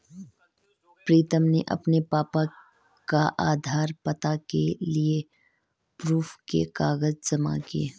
प्रीतम ने अपने पापा का आधार, पता के लिए प्रूफ के कागज जमा किए